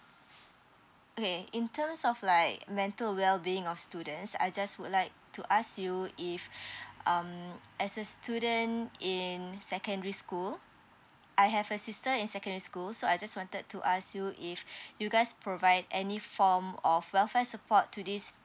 okay in terms of like mental well being of students I just would like to ask you if um as a student in secondary school I have a sister in secondary school so I just wanted to ask you if you guys provide any form of well fair support to these